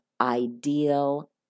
ideal